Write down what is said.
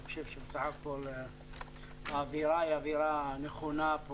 אני חושב שבסך הכול האווירה היא אווירה נכונה פה.